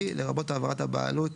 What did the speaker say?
את ההערות